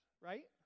right